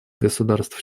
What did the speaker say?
государств